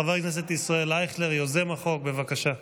חבר הכנסת ישראל אייכלר, יוזם החוק, בבקשה.